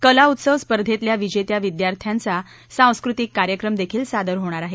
कला उत्सव स्पर्धेतल्या विजेत्या विद्यार्थ्यांचा सांस्कृतिक कार्यक्रम देखील सादर होणार आहे